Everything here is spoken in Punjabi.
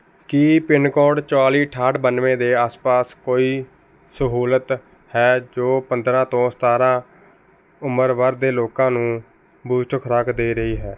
ਕੀ ਪਿੰਨਕੋਡ ਚੁਤਾਲ਼ੀ ਅਠਾਹਟ ਬਾਨਵੇਂ ਦੇ ਆਸ ਪਾਸ ਕੋਈ ਸਹੂਲਤ ਹੈ ਜੋ ਪੰਦਰਾਂ ਤੋਂ ਸਤਾਰਾਂ ਉਮਰ ਵਰਗ ਦੇ ਲੋਕਾਂ ਨੂੰ ਬੂਸਟਰ ਖੁਰਾਕ ਦੇ ਰਹੀ ਹੈ